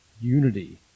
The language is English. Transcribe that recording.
unity